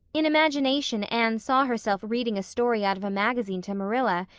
in imagination anne saw herself reading a story out of a magazine to marilla,